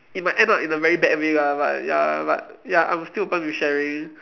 it might end up in a very bad way lah but ya but ya I'm still open with sharing